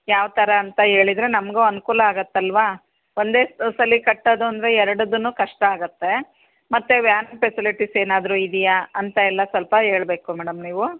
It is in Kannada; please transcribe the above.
ಯಾವ ಥರ ಅಂತ ಹೇಳಿದ್ರೆ ನಮಗು ಅನುಕೂಲ ಆಗತ್ತಲ್ಲವಾ ಒಂದೇ ಸಲ ಕಟ್ಟೋದು ಅಂದರೆ ಎರಡದ್ದು ಕಷ್ಟ ಆಗುತ್ತೆ ಮತ್ತು ವ್ಯಾನ್ ಫೆಸಿಲಿಟೀಸ್ ಏನಾದರು ಇದೆಯಾ ಅಂತ ಎಲ್ಲ ಸ್ವಲ್ಪ ಹೇಳ್ಬೇಕು ಮೇಡಮ್ ನೀವು